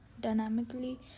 dynamically